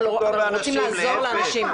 אנחנו רוצים לעזור לאנשים.